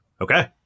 okay